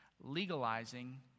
legalizing